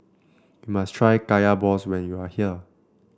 you must try Kaya Balls when you are here